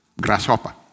grasshopper